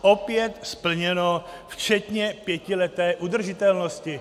Opět splněno včetně pětileté udržitelnosti.